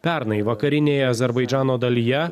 pernai vakarinėje azerbaidžano dalyje